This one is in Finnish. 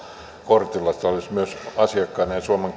kortilla se olisi myös asiakkaiden ja suomen